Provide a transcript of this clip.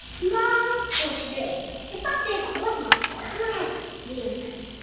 small ah or big? it's not big or small. it's kinda like medium size.